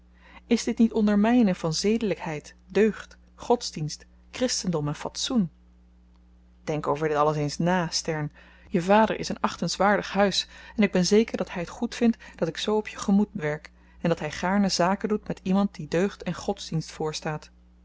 is dit niet ondermynen van zedelykheid deugd godsdienst christendom en fatsoen denk over dit alles eens na stern je vader is een achtenswaardig huis en ik ben zeker dat hy t goedvindt dat ik zoo op je gemoed werk en dat hy gaarne zaken doet met iemand die deugd en godsdienst